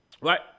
Right